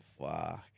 fuck